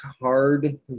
hard